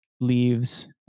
leaves